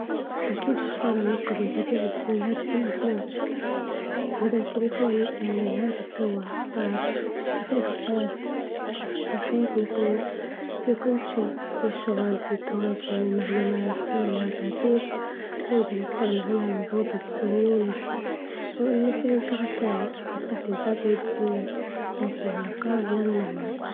أكيد بختار إن أفقد مفاتيحي عن الهاتف المحمول، بدل تلفوني لإن الهاتف توه صارأساسي في حياتي وحياتنا كلنا في كل شيء، في الشغل ، في التواصل المعلومات ، أما المفاتيح نقدر نستغني عنها، ونعوضها بسهولة جدا، أو نستعين بشخص تاني يفتح لي الباب أو يقفل الباب، لكن النقال لا غنى عنه.